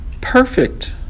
perfect